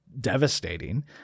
devastating